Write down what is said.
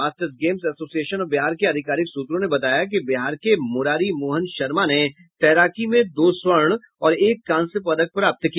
masters games association of Bihar के अधिकारिक सूत्रों ने बताया कि बिहार के मुरारी मोहन शर्मा ने तैराकी में दो स्वर्ण और एक कांस्य पदक प्राप्त किया